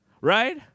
right